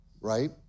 right